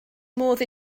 modd